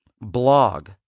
blog